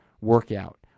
workout